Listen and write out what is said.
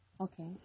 Okay